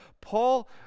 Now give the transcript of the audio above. Paul